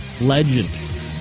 legend